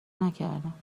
نکردم